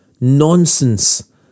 Nonsense